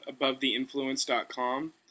abovetheinfluence.com